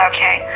Okay